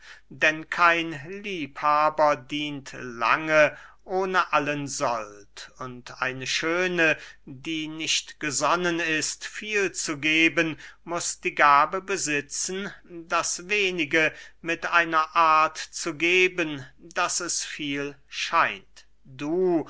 denn kein liebhaber dient lange ohne allen sold und eine schöne die nicht gesonnen ist viel zu geben muß die gabe besitzen das wenige mit einer art zu geben daß es viel scheint du